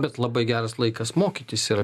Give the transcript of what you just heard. bet labai geras laikas mokytis yra